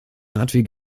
radweg